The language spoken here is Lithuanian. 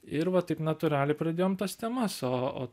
ir va taip natūraliai pradėjom tas temas o o